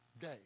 day